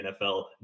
NFL